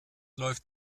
läuft